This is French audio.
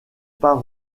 pas